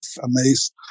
amazed